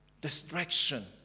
distraction